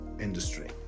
industry